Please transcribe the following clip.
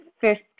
first